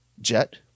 Jet